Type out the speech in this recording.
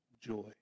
joy